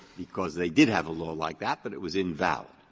because they did have a law like that, but it was invalid.